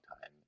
time